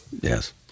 Yes